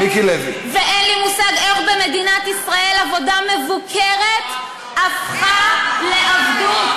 ואין לי מושג איך במדינת ישראל עבודה מבוקרת הפכה לעבדות.